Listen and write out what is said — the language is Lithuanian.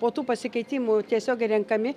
po tų pasikeitimų tiesiogiai renkami